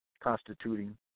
constituting